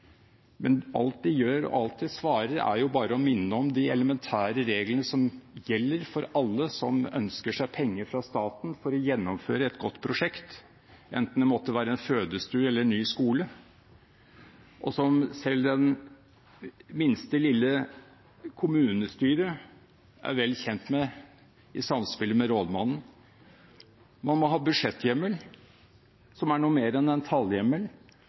Men alt de gjør, og alt de svarer, er jo bare å minne om de elementære reglene som gjelder for alle som ønsker seg penger fra staten for å gjennomføre et godt prosjekt, enten det måtte være en fødestue eller en ny skole, og som selv det minste lille kommunestyret er vel kjent med i samspillet med rådmannen. Man må ha budsjetthjemmel, som er noe mer enn en tallhjemmel.